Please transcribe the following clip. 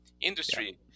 industry